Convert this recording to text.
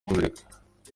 kubireka